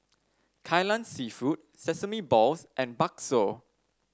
Kai Lan seafood Sesame Balls and Bakso